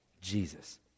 Jesus